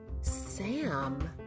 Sam